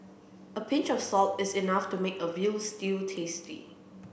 a pinch of salt is enough to make a veal stew tasty